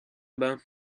bas